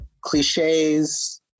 cliches